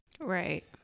right